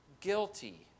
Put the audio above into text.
guilty